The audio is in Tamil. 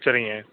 சரிங்க